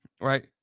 right